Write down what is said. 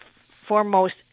foremost